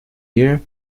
year